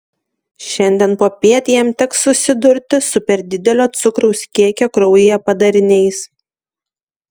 šiandien popiet jam teks susidurti su per didelio cukraus kiekio kraujyje padariniais